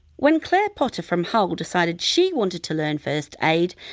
when clare potter from hull decided she wanted to learn first aid,